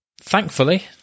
thankfully